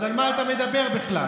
אז על מה אתה מדבר בכלל?